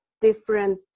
different